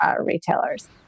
retailers